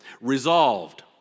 Resolved